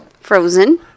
Frozen